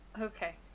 Okay